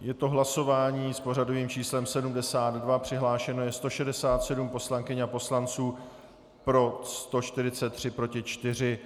Je to hlasování s pořadovým číslem 72, přihlášeno je 167 poslankyň a poslanců, pro 143, proti 4.